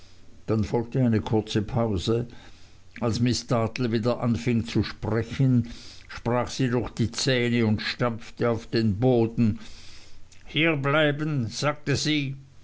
dann folgte eine kurze pause als miß dartle wieder anfing zu reden sprach sie durch die zähne und stampfte auf den fußboden hierbleiben sagte sie